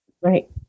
Right